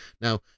Now